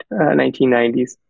1990s